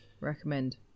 recommend